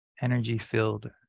energy-filled